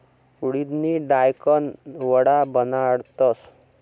उडिदनी दायकन वडा बनाडतस